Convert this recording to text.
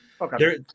Okay